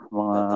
mga